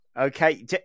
Okay